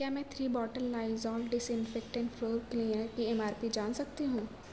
کیا میں three bottle Lysol disinfectant floor cleaner کی ایم آر پی جان سکتی ہوں